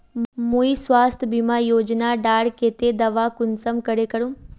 मुई स्वास्थ्य बीमा योजना डार केते दावा कुंसम करे करूम?